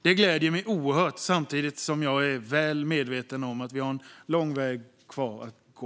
Det gläder mig oerhört, samtidigt som jag är väl medveten om att vi har en lång väg kvar att gå.